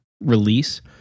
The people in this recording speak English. release